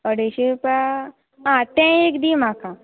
अडेशें रुपया आं तें एक दी म्हाका